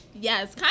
Yes